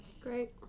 Great